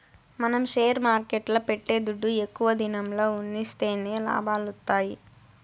మనం షేర్ మార్కెట్ల పెట్టే దుడ్డు ఎక్కువ దినంల ఉన్సిస్తేనే లాభాలొత్తాయి